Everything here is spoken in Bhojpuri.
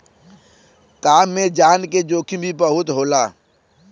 काम में जान के जोखिम भी बहुते होला